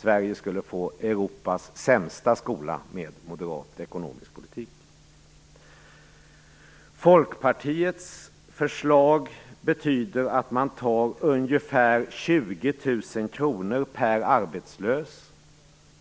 Sverige skulle få Europas sämsta skola med moderat ekonomisk politik. Folkpartiets förslag betyder att man tar ungefär 20 000 kr per arbetslös